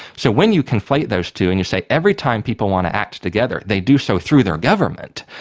so when you conflate those two and you say, every time people want to act together they do so through their government,